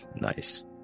Nice